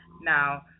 Now